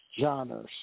genres